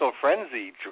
frenzy